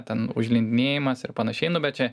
ten užlindinėjimas ir panašiai nu bet čia